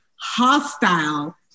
hostile